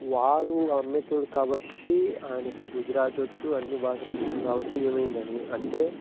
వాడు అమ్మేటోడు కాబట్టి ఆయనకి గుజరాతీ వచ్చు అన్ని భాషలు వచ్చు కాబట్టి ఏమైందని అంటే